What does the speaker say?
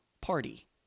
party